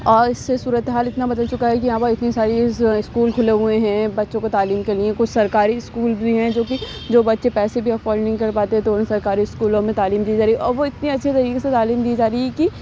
اور اس سے صورت حال اتنا بدل چکا ہے کہ یہاں پر اتنی ساری اسکول کھلے ہوئے ہیں بچوں کو تعلیم کے لیے کچھ سرکاری اسکول بھی ہیں جو کہ جو بچے پیسے بھی ایفورٹ نہیں کر پاتے تو ان سرکاری اسکولوں میں تعلیم دی جا رہی ہے اور وہ اتنی اچھے طریقے سے تعلیم دی جا رہی ہے کہ